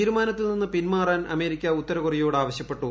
തീരുമാനത്തിൽ നിന്നു പിന്മാറാൻ അമേരിക്ക ഉത്തര കൊറിയയോട് ആവശ്യപ്പെട്ടു